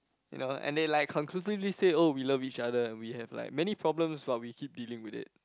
you know and they like conclusively said oh we love each other and we have like many problems but we keep dealing with it